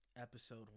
episode